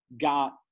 got